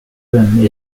rim